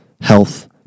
health